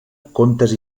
contes